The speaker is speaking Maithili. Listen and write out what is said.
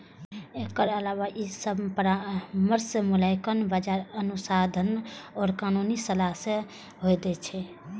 एकर अलावे ई सभ परामर्श, मूल्यांकन, बाजार अनुसंधान आ कानूनी सलाह सेहो दै छै